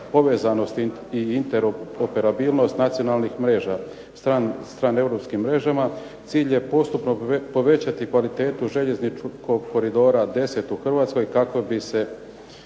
međupovezanost i interoperabilnost nacionalnih mreža spram europskim mrežama, cilj je postupno povećati kvalitetu željezničkog koridora 10 u Hrvatskoj kako bi se